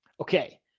Okay